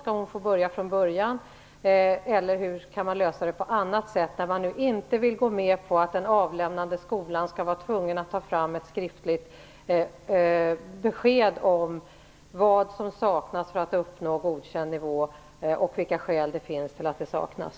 Skall hon få börja från början, eller kan man lösa det på annat sätt? Socialdemokraterna vill ju inte gå med på att den avlämnande skolan skall vara tvungen att ta fram ett skriftligt besked om vad som saknas för att eleven skall uppnå godkänd nivå och vilka skäl det finns till att detta saknas.